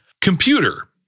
Computer